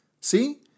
See